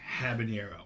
habanero